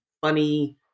funny